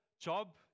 job